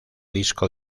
disco